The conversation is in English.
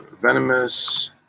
Venomous